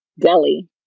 delhi